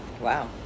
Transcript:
Wow